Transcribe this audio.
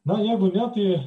na jeigu ne tai